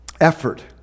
effort